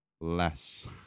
less